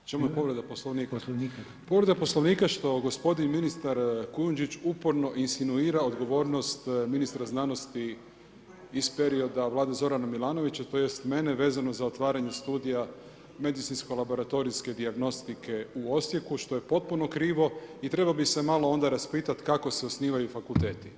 U čemu je povreda poslovnika [[Upadica Reiner: Poslovnika.]] povreda poslovnika, što gospodin ministar Kujundžić uporno insinuirao odgovornost ministra znanosti iz perioda vlade Zorana Milanovića, tj. mene vezano za otvaranje studija medicinsko laboratorijske dijagnostike u Osijeku, što je potpuno krivo i trebalo bi se onda malo raspitati kako se osnivaju fakulteti.